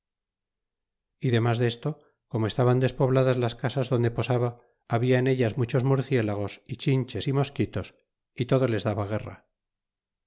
y damas desto como estaban despobladas las casas donde posaba habla en ellas muchos murciélagos é chinches y mosquitos é todo les daba guerra